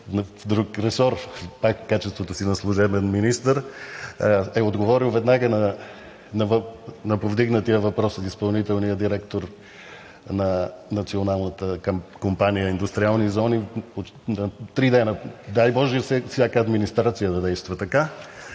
друг ресор, пак в качеството си на служебен министър, е отговорил веднага на повдигнатия въпрос от изпълнителния директор на Националната компания индустриални зони – три дни, дай боже, всяка администрация да действа така,